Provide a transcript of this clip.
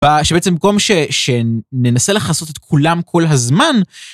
שבעצם במקום שננסה לכסות את כולם כל הזמן.